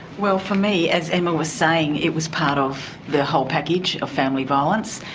well, for me, as emma was saying, it was part of the whole package of family violence,